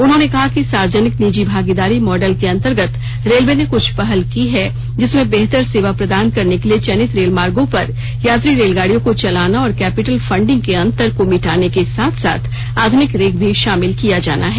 उन्होंने कहा कि सार्वजनिक निजी भागीदारी मॉडल के अंतर्गत रेलवे ने कुछ पहल की है जिसमें बेहतर सेवा प्रदान करने के लिए चयनित रेल मार्गों पर यात्री रेलगाड़ियों को चलाना और कैपिटल फंडिंग के अंतर को मिटाने के साथ साथ आध्निक रेक भी शामिल किया जाना है